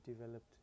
developed